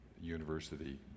University